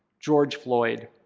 george floyd.